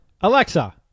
Alexa